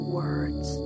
words